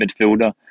midfielder